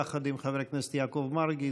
יחד עם חבר הכנסת יעקב מרגי,